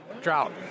Drought